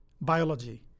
biology